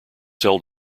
held